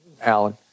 Alan